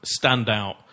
standout